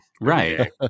Right